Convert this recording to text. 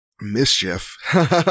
mischief